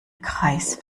kreis